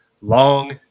Long